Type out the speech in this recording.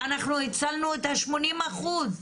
אנחנו הצלנו את ה-80 אחוזים.